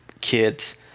kids